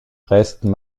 restent